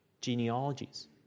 genealogies